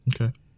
Okay